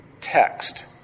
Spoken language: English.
text